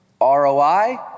ROI